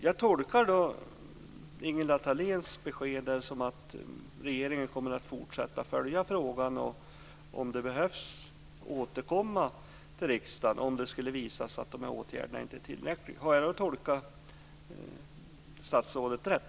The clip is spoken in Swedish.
Jag tolkar Ingela Thaléns besked som att regeringen är beredd att fortsätta att följa frågan och, om det behövs, återkomma till riksdagen om det skulle visa sig att de här åtgärderna inte är tillräckliga. Har jag då tolkat statsrådet rätt?